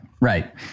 Right